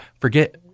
forget